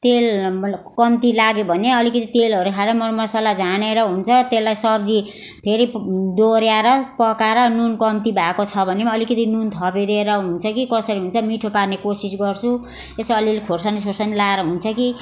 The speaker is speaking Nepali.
तेल कम्ती लाग्यो भने अलिकति तेलहरू हालेर मर मसालाहरू झानेर हुन्छ त्यसलाई सब्जी फेरि दोहोर्याएर पकाएर नुन कम्ती भएको छ भने अलिकति नुन थपिदिएर हुन्छ कि कसरी हुन्छ मिठो पार्ने कोसिस गर्छु यसो अलि अलि खुर्सानी सोर्सानी लगाएर हुन्छ कि